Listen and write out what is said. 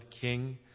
king